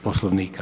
Poslovnika.